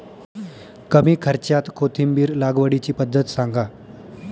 कमी खर्च्यात कोथिंबिर लागवडीची पद्धत सांगा